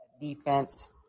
defense